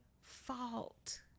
fault